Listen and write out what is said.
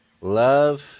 Love